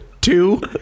Two